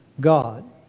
God